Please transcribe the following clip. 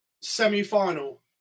semi-final